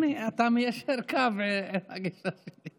הינה, אתה מיישר קו עם הגישה שלי.